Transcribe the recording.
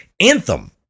Anthem